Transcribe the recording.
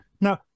Now